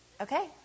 Okay